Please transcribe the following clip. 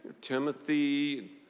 Timothy